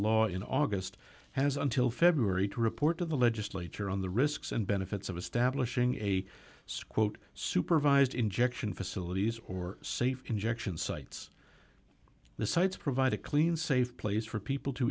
law in august has until february to report to the legislature on the risks and benefits of establishing a squat supervised injection facilities or safe injection sites the sites provide a clean safe place for people to